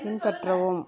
பின்பற்றவும்